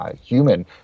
human